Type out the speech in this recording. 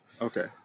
Okay